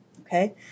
okay